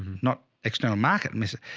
not external market misses.